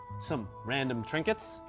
some random trinkets?